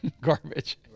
garbage